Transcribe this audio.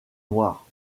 noire